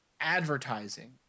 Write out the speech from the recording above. advertising